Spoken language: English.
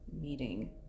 meeting